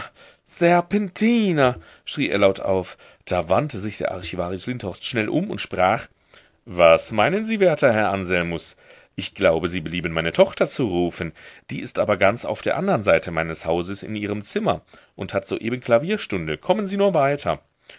serpentina schrie er laut auf da wandte sich der archivarius lindhorst schnell um und sprach was meinen sie werter herr anselmus ich glaube sie belieben meine tochter zu rufen die ist aber ganz auf der andern seite meines hauses in ihrem zimmer und hat soeben klavierstunde kommen sie nur weiter